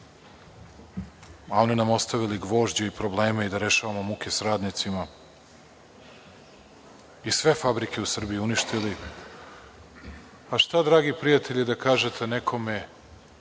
a oni nam ostavili gvožđe i probleme i da rešavamo muke sa radnicima i sve fabrike u Srbiji uništili. A, šta dragi prijatelji da kažete nekome